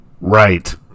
Right